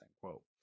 quote